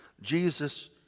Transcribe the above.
Jesus